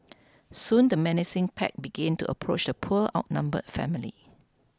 soon the menacing pack began to approach the poor outnumbered family